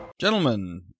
Gentlemen